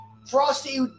Frosty